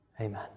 amen